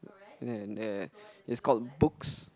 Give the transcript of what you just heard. and the it's called books